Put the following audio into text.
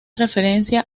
referencia